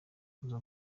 kuza